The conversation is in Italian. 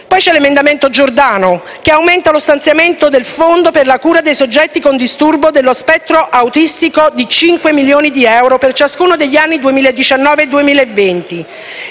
Poi c'è l'emendamento Giordano, che aumenta lo stanziamento del fondo per la cura dei soggetti con disturbo dello spettro autistico di 5 milioni di euro per ciascuno degli anni 2019 e 2020.